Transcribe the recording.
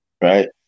right